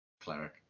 Cleric